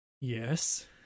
Yes